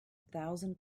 thousand